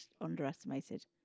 underestimated